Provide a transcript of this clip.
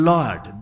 Lord